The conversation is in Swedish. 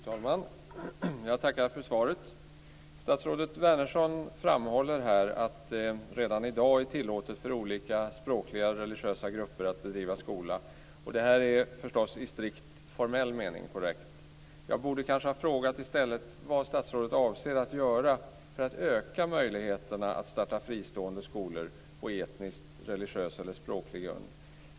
Fru talman! Jag tackar för svaret. Statsrådet Wärnersson framhåller här att det redan i dag är tillåtet för olika språkliga och religiösa grupper att bedriva skola. Det är förstås korrekt i strikt formell mening. Jag borde kanske i stället ha frågat vad statsrådet avser att göra för att öka möjligheterna att starta fristående skolor på etnisk, religiös eller språklig grund.